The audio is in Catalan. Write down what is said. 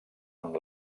amb